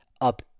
up